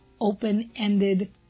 open-ended